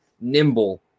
nimble